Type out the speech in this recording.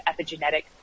epigenetic